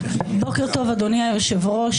בוקר טוב, אדוני היושב-ראש.